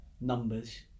numbers